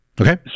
Okay